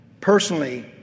personally